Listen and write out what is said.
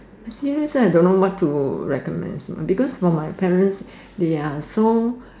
serious I don't know what to recommend because for my parents they are so